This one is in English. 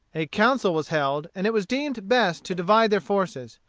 a council was held, and it was deemed best to divide their forces.